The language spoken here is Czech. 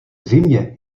zimě